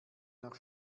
nach